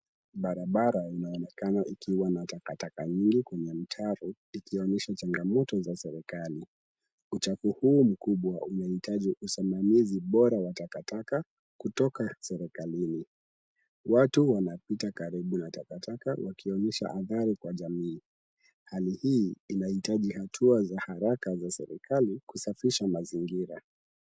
Barabara inaonekana ikiwa na takataka nyingi kwenye mitaro ikionyesha changamoto za serikali. Uchafu huu mkubwa unahitaji usimamizi bora wa takataka kutoka serekalini. Watu wanapita karibu na takataka wakionyesha athari kwa jamii. Hali hii inahitaji hatua za haraka za serikali kusafisha mazingira.